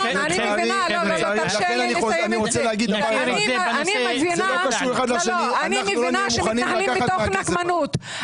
אני מבינה שמתנהלים מתוך נקמנות.